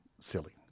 silly